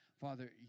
Father